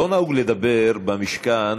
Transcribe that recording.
לא נהוג לדבר במשכן